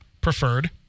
preferred